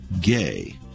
gay